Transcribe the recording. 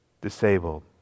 disabled